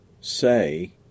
say